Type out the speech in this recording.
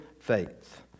faith